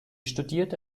studierte